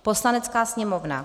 Poslanecká sněmovna: